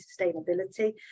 sustainability